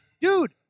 dude